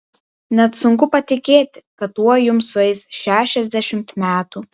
net sunku patikėti kad tuoj jums sueis šešiasdešimt metų